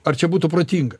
ar čia būtų protinga